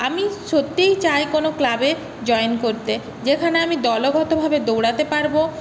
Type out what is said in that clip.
আমি সত্যিই চাই কোনো ক্লাবে জয়েন করতে যেখানে আমি দলগতভাবে দৌড়াতে পারব